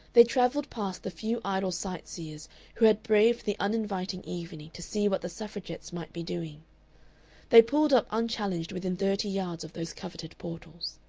they travelled past the few idle sightseers who had braved the uninviting evening to see what the suffragettes might be doing they pulled up unchallenged within thirty yards of those coveted portals.